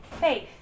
faith